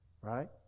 right